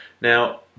Now